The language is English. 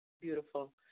beautiful